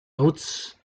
notes